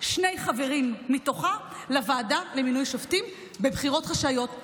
שני חברים מתוכה לוועדה למינוי שופטים בבחירות חשאיות.